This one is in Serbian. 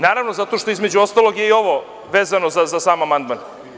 Naravno, zato što je između ostalog i ovo vezano za sam amandman.